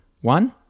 One